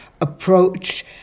approach